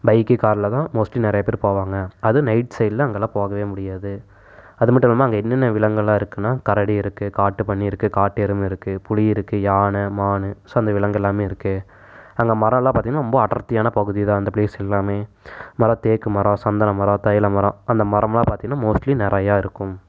bike காரில் தான் mostly நிறைய பேர் போவாங்க அதுவும் நைட் சைடெலாம் அங்கெலாம் போகவே முடியாது அது மட்டுல்லாமல் அங்கே என்னென்ன விலங்குகளெலாம் இருக்குதுன்னா கரடி இருக்குது காட்டுப்பன்றி இருக்குது காட்டு எருமை இருக்குது புலி இருக்குது யானை மான் ஸோ அந்த விலங்கு எல்லாமே இருக்குது அங்கே மரமெலாம் பார்த்திங்ன்னா ரொம்ப அடர்த்தியான பகுதி தான் அந்த பிளேஸ் எல்லாமே நல்ல தேக்கு மரம் சந்தன மரம் தைல மரம் அந்த மரமெலாம் பாத்திங்கன்னா மோஸ்ட்லி நிறையா இருக்கும்